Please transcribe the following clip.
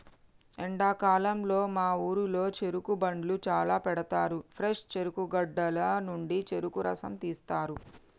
ఎండాకాలంలో మా ఊరిలో చెరుకు బండ్లు చాల పెడతారు ఫ్రెష్ చెరుకు గడల నుండి చెరుకు రసం తీస్తారు